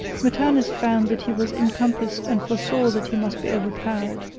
maternus found that he was encompassed, and foresaw that he must be overpowered.